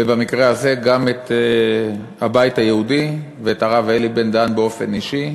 ובמקרה הזה גם את הבית היהודי ואת הרב אלי בן-דהן באופן אישי,